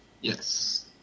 Yes